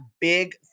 big